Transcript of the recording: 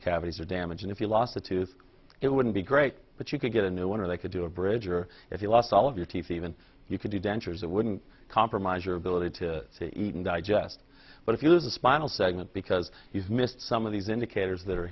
cavities or damage and if you lost a tooth it wouldn't be great but you could get a new one or they could do a bridge or if you lost all of your teeth even you could do dentures that wouldn't compromise your ability to even digest but if you lose the spinal segment because he's missed some of these indicators that are